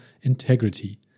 integrity